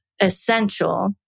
essential